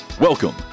Welcome